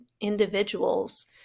individuals